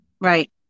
Right